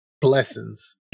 blessings